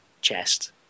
chest